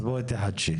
אז בואי תחדשי.